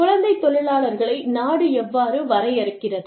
குழந்தைத் தொழிலாளர்களை நாடு எவ்வாறு வரையறுக்கிறது